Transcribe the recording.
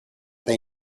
they